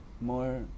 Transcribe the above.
More